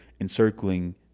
encircling